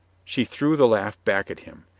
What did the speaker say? she threw the laugh back at him.